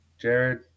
Jared